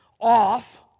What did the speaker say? off